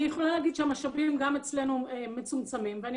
אני יכולה להגיד שהמשאבים גם אצלנו מצומצמים ואני